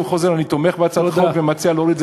אבל יכול להיות שר,